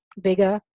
bigger